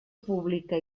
pública